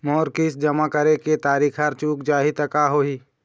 मोर किस्त जमा करे के तारीक हर चूक जाही ता का होही?